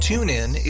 TuneIn